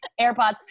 AirPods